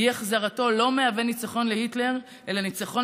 אי-החזרתו לא מהווה ניצחון להיטלר אלא ניצחון